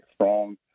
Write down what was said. strong